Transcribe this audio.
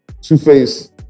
Two-Face